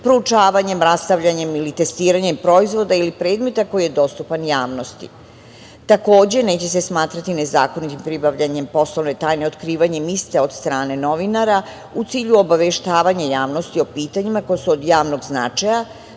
proučavanjima, rastavljanjem ili testiranjem proizvoda ili predmeta koji je dostupan javnosti. Takođe, neće se smatrati nezakonitim pribavljanje poslovne tajne otkrivanjem iste od strane novinara u cilju obaveštavanja javnosti o pitanjima koji su od javnog značaja,